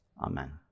amen